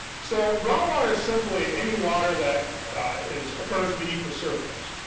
so groundwater is simply any water that is, occurs beneath the surface.